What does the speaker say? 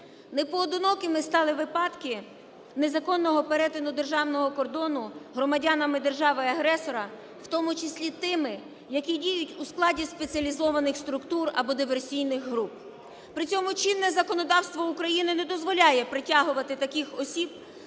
Непоодинокими стали випадки незаконного перетину державного кордону громадянами держави-агресора, в тому числі тими, які діють у складі спеціалізованих структур або диверсійних груп. При цьому чинне законодавство України не дозволяє притягувати таких осіб